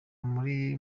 muri